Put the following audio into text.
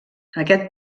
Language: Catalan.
aquest